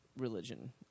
Religion